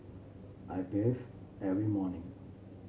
I bathe every morning